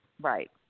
Right